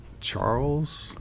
Charles